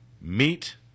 Meet